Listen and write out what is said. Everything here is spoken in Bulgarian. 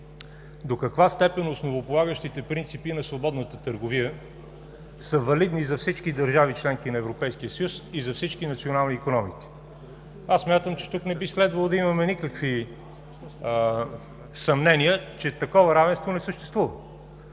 до каква степен основополагащите принципи на свободната търговия са валидни за всички държави – членки на Европейския съюз, и за всички национални икономики. Смятам, че тук не би следвало да имаме никакви съмнения, че такова равенство не съществува.